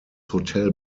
hotel